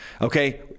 Okay